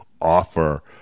offer